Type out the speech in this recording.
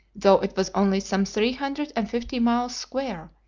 though it was only some three hundred and fifty miles square,